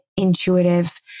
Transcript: intuitive